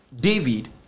David